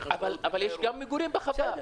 אבל יש גם מגורים בחווה.